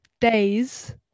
days